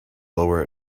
lower